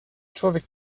człowiek